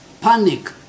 panic